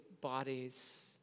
bodies